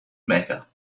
mecca